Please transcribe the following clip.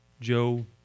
Joe